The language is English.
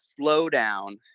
slowdown